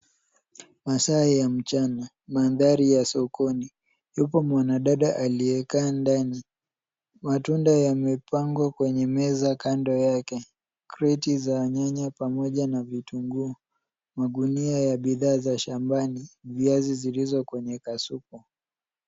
Masaa ya mchana mandhari ya sokoni. Yupo mwanadada aliyekaa ndani. Matunda yamepangwa kwenye meza kando yake. Kreti za nyanya pamoja na vitunguu. Magunia ya bidhaa za shambani, viazi zilizo kwenye kasuku.